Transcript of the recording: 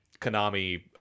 Konami